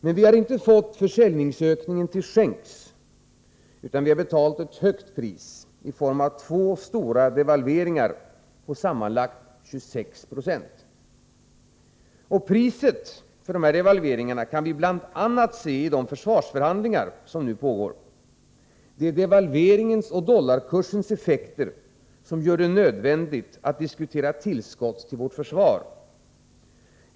Men vi har inte fått försäljningsökningen till skänks. Vi har betalat ett högt pris, i form av två stora devalveringar på sammanlagt 26 90. Priset för dessa devalveringar kan vi bl.a. se i de försvarsförhandlingar som nu pågår. Det är devalveringarnas och dollaruppgångens effekter som nu gör det nödvändigt att diskutera tillskott till vårt försvar.